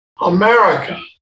America